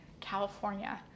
California